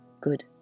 good